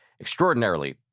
extraordinarily